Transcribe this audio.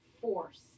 force